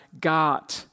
God